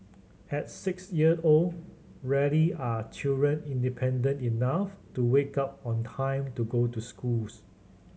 at six year old rarely are children independent enough to wake up on time to go to schools